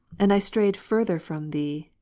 and i strayed further from thee,